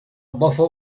buffer